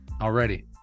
already